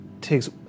takes